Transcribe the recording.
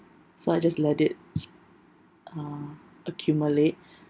so I just let it uh accumulate